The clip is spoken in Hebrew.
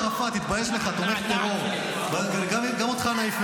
לא צריך להסביר לו,